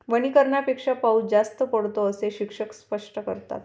वनीकरणापेक्षा पाऊस जास्त पडतो, असे शिक्षक स्पष्ट करतात